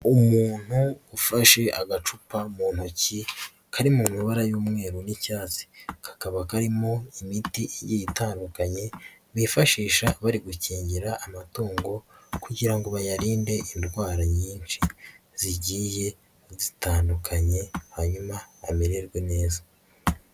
Umuntu ufashe agacupa mu ntoki kari mu mabara y'umweru n'icyatsi, kakaba karimo imiti igiye itandukanye bifashisha bari gukingira amatongo kugira ngo bayarinde indwara nyinshi zigiye zitandukanye hanyuma amererwe neza.